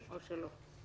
עובד.